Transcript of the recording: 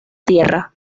tierra